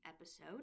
episode